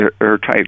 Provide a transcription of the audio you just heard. airtight